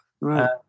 Right